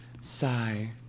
Sigh